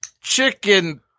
chicken